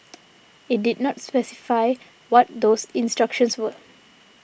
it did not specify what those instructions were